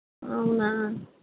అవునా